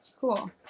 Cool